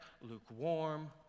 lukewarm